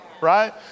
right